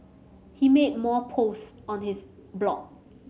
he made more posts on his blog